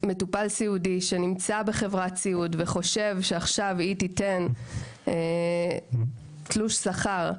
מטופל סיעודי שנמצא בחברת סיעוד וחושב שהיא תיתן תלוש שכר,